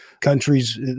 countries